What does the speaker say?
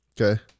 Okay